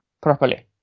properly